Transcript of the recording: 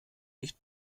nicht